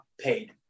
paid